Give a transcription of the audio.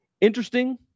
interesting